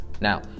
Now